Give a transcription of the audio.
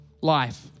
life